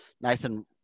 Nathan